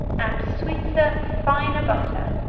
and sweeter, finer butter,